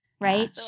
Right